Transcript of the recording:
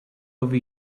over